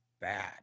bad